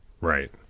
Right